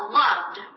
loved